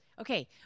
Okay